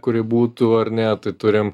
kuri būtų ar ne tai turim